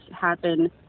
happen